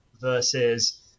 versus